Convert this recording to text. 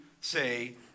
say